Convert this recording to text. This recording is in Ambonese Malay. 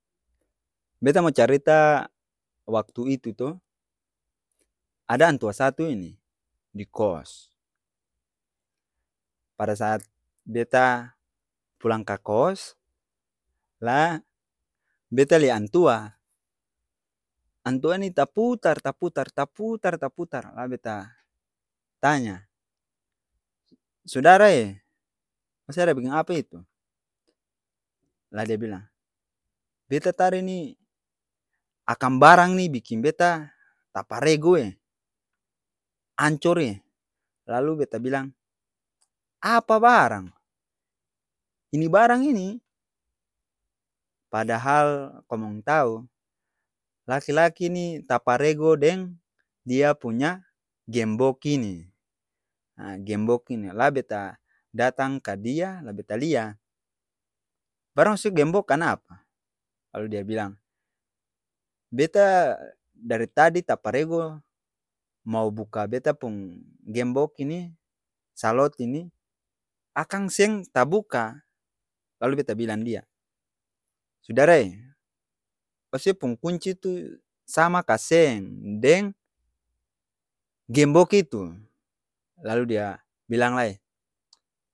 Beta mo carita waktu itu to ada antua satu ini di kos, pada saat beta pulang ka kos laa beta lia antua antua ni taputar-taputar taputar-taputar la beta tanya, sudara e? Ose ada biking apa itu? La de bilang beta tadi ni akang barang ni biking beta taparego'ee ancor'e lalu beta bilang aapa barang? Ini barang ini padahal komong tau? Laki-laki ni taparego deng dia punya gembok ini a gembok ini la beta datang ka dia, la beta lia barang se gembok kanapa? Lalu dia bilang beta dari tadi taparego mau buka beta pung gembok ini, salot ini, akang seng tabuka! Lalu beta bilang dia, sudara e ose pung kunci tu sama ka seng? Deng gembok itu? Lalu dia bilang lai.